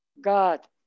God